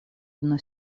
одной